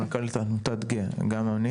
מנכ"לית עמותה גמאני.